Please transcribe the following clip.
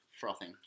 frothing